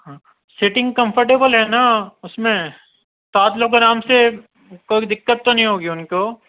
ہاں seating comfortable ہے نا اس میں سات لوگ آرام سے کوئی دقت تو نہیں ہوگی ان کو